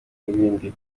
n’ibindi